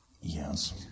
Yes